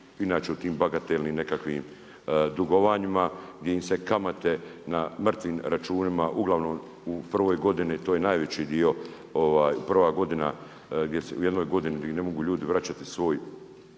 inače u tim bagatelnim nekakvim dugovanjima gdje im se kamate na mrtvim računima uglavnom u prvoj godini, to je i najveći dio, prva godina, gdje se, u jednoj godini gdje ne mogu ljudi vraćati svoje